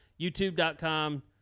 youtube.com